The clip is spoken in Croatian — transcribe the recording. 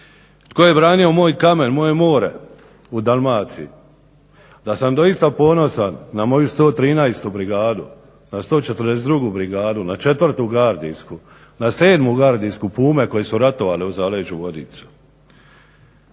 Tko je branio moj kamen, moje more u Dalmaciji? Da sam doista ponosan na moju 113 brigadu na 142 brigadu, na 4 gardijsku, na 7 gardijsku Pume koje su ratovale u zaleđu vodica.